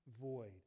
void